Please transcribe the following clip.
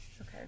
Okay